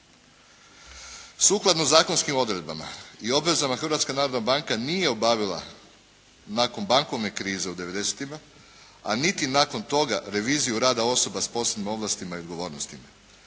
Sukladno zakonskim odredbama i obvezama Hrvatska narodna banka nije obavila nakon bankovne krize u '90.-tima, a niti nakon toga revizija rada osoba s posebnim ovlastima i odgovornostima.